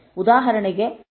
ಉದಾಹರಣೆಗೆ math